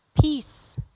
Peace